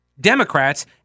Democrats